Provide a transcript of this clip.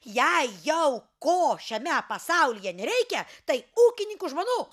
jei jau ko šiame pasaulyje nereikia tai ūkininkų žmonų